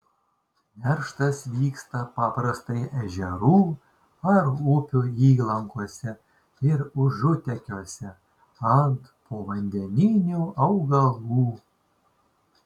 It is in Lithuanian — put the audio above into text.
nerštas vyksta paprastai ežerų ar upių įlankose ir užutekiuose ant povandeninių augalų